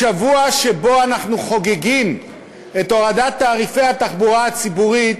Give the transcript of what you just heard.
בשבוע שאנחנו חוגגים את הורדת תעריפי התחבורה הציבורית